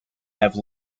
have